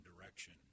direction